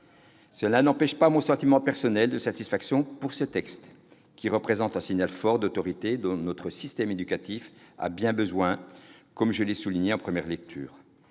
Cela ne m'empêche pas, à titre personnel, d'être satisfait de ce texte, qui marque un signe fort d'autorité, dont notre système éducatif a bien besoin, comme je l'ai souligné en première lecture,